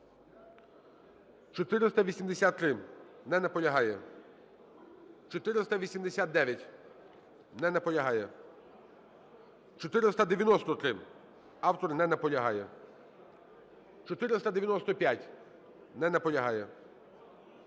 483. Не наполягає. 489. Не наполягає. 493. Автор не наполягає. 495. Не наполягає.